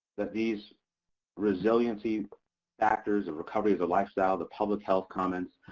that these resiliency factors of recovery. the lifestyle. the public health comment.